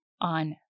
on